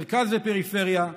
מרכז ופריפריה,